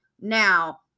now